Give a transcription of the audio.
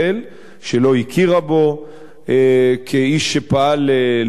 שלא הכירה בו כאיש שפעל למענה,